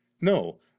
No